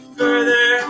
further